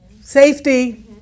Safety